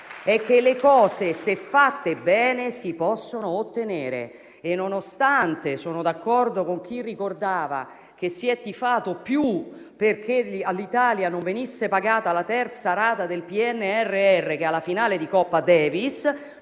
è che le cose, se fatte bene, si possono ottenere, nonostante il fatto che - sono d'accordo con chi lo ricordava - si è tifato più perché all'Italia non venisse pagata la terza rata del PNRR che alla finale di Coppa Davis.